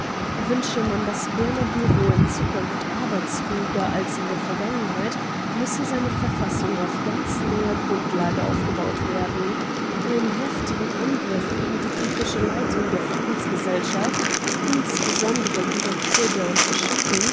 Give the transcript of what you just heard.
wünsche man das berner bureau in zukunft arbeitsfähiger als in der vergangenheit müsse seine verfassung auf ganz neuer grundlage aufgebaut werden einen heftigen angriff gegen die politische leitung der friedensgesellschaft insbesondere gegen quidde